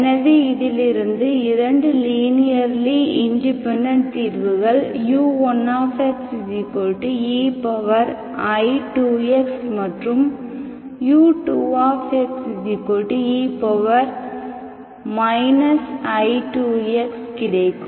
எனவே இதிலிருந்து இரண்டு லீனியர்லி இண்டிபெண்டெண்ட் தீர்வுகள் u1xei2x மற்றும் u2xe i2xகிடைக்கும்